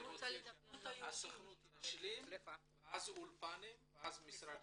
הסוכנות ישלים ואז האולפנים ומשרד